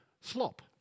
slop